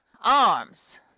arms